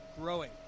growing